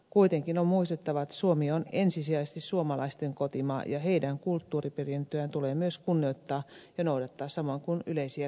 kuitenkin on muistettava että suomi on ensisijaisesti suomalaisten kotimaa ja heidän kulttuuriperintöään tulee myös kunnioittaa ja noudattaa samoin kuin yleisiä käytäntöjä